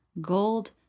gold